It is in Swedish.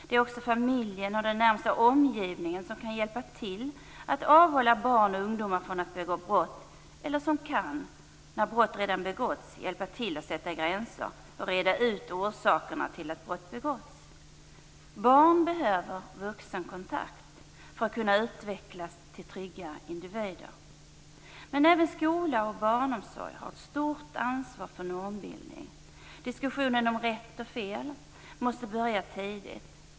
Det är också familjen och den närmaste omgivningen som kan hjälpa till med att avhålla barn och ungdomar från att begå brott eller som kan, när brott redan begåtts, hjälpa till och sätta gränser och reda ut orsakerna till att brott begåtts. Barn behöver vuxenkontakt för att kunna utvecklas till trygga individer. Även skola och barnomsorg har ett stort ansvar för normbildning. Diskussionen om rätt och fel måste börja tidigt.